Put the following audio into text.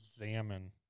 examine